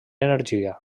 energia